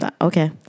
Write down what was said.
Okay